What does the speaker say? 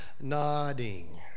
nodding